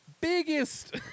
Biggest